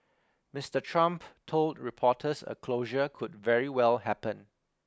Mister Trump told reporters a closure could very well happen